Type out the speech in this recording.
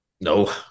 No